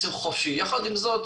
יחד עם זאת,